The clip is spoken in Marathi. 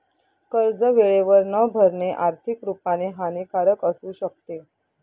कर्ज वेळेवर न भरणे, आर्थिक रुपाने हानिकारक असू शकते